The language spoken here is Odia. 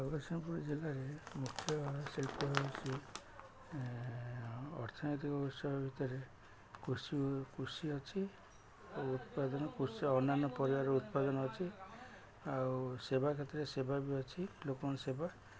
ଜଗତସିଂପୁର ଜିଲ୍ଲାରେ ମୁଖ୍ୟ ଶିଳ୍ପ ହେଉଛିି ଅର୍ଥନୈତିକ ଉତ୍ସବ ଭିତରେ କୃଷି କୃଷି ଅଛି ଉତ୍ପାଦନ କୃଷି ଅନ୍ୟାନ୍ୟ ପରିବାର ଉତ୍ପାଦନ ଅଛି ଆଉ ସେବା କ୍ଷେତ୍ରରେ ସେବା ବି ଅଛି ଲୋକଙ୍କ ସେବା